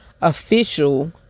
official